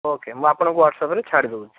okay ମୁଁ ଆପଣଙ୍କୁ ହ୍ୱାଟ୍ସଆପ୍ରେ ଛାଡ଼ିଦେଉଛି